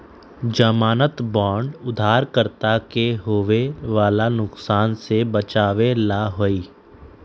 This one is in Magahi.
ज़मानत बांड उधारकर्ता के होवे वाला नुकसान से बचावे ला हई